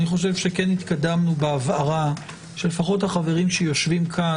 אני חושב שכן התקדמנו בהבהרה שלפחות החברים שיושבים כאן